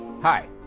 Hi